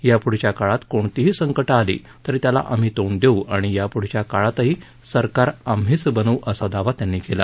यापुढच्या काळात कोणतीही संकटं आली तरी त्याला आम्ही तोंड देऊ आणि यापुढच्या काळातही सरकार आम्हीच बनवू असा दावा त्यांनी केला